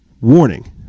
warning